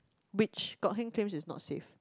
which got hand carry is not safe